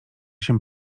się